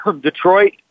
Detroit